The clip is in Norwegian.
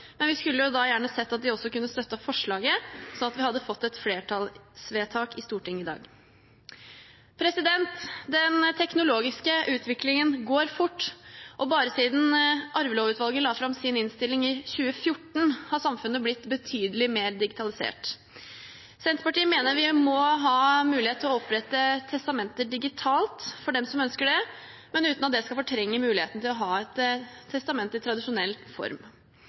men vi skulle gjerne sett at de også hadde støttet forslaget, slik at vi hadde fått et flertallsvedtak i Stortinget i dag. Den teknologiske utviklingen går fort, og bare siden Arvelovutvalget la fram sin innstilling i 2014, har samfunnet blitt betydelig mer digitalisert. Senterpartiet mener det må være mulig å opprette testament digitalt for dem som ønsker det, men uten at det skal fortrenge muligheten til å ha et testament i tradisjonell form.